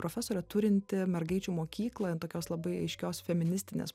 profesorė turinti mergaičių mokyklą jin tokios labai aiškios feministinės